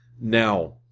Now